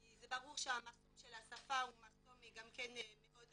כי ברור שהמחסום של השפה הוא מחסום מאוד חשוב.